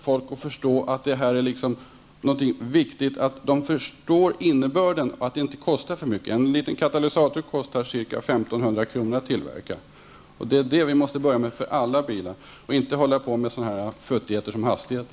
Folk måste förstå innebörden av åtgärderna och kostnaden måste vara låg. En liten katalysator kostar ca 1 500 kr. att tillverka. Vi måste införa den för alla bilar, i stället för att diskutera futtigheter som hastigheter.